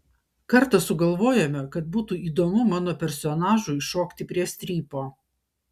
kartą sugalvojome kad būtų įdomu mano personažui šokti prie strypo